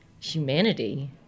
humanity